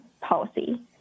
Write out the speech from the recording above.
policy